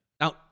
Now